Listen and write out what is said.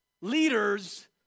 leaders